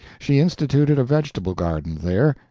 she instituted a vegetable garden there,